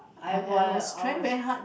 I was I was